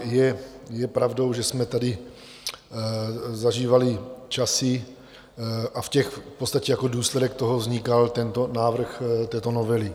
Je pravdou, že jsme tady zažívali časy, v těch v podstatě jako důsledek toho vznikal návrh této novely.